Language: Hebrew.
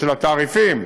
של התעריפים,